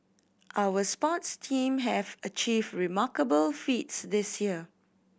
our sports team have achieved remarkable feats this year